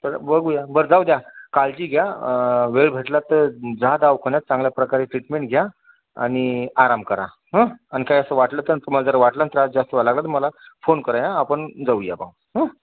तर बघूया बरं जाऊ द्या काळजी घ्या वेळ भेटला तर जा दवाखान्यात चांगल्या प्रकारे ट्रीटमेंट घ्या आणि आराम करा हं आणि काय असं वाटलं तर तुम्हाला जर वाटलं त्रास जास्त व्हायला लागला तर मला फोन करा आपण जाऊया पाहू हं